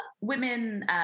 women